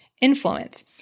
influence